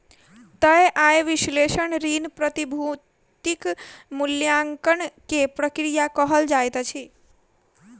तय आय विश्लेषण ऋण, प्रतिभूतिक मूल्याङकन के प्रक्रिया कहल जाइत अछि